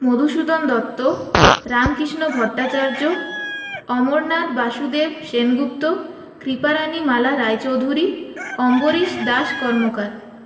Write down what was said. Madhusudan Dutta Ramkrishna Bhattacharya Amarnath Basudeb Sengupta Kriparani Mala Roy Chowdhury Ambarish Das Karmakar